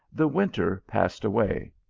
the winter passed away.